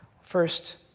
First